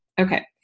okay